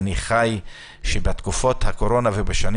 ואני אומר לכם שבתקופת הקורונה ובשנים